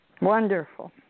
Wonderful